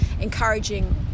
encouraging